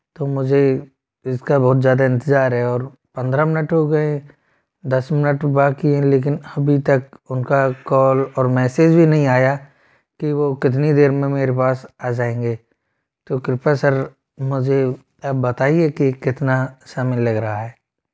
तो मुझे इसका बहुत ज्यादा इंतजार है और पंद्रह मिनट हो गए हैं दस मिनट बाकी है लेकिन अभी तक उनका कॉल और मैसेज भी नहीं आया कि वो कितनी देर में मेरे पास आ जाएँगे तो कृपया सर मुझे आप बताइए कि कितना समय लग रहा है